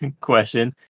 question